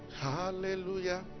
hallelujah